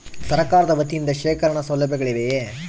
ಸರಕಾರದ ವತಿಯಿಂದ ಶೇಖರಣ ಸೌಲಭ್ಯಗಳಿವೆಯೇ?